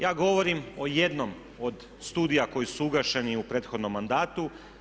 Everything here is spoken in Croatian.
Ja govorim o jednom od studija koji su ugašeni u prethodnom mandatu.